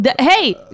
hey